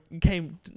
came